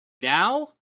Now